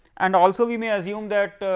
and also we may assume that